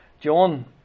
John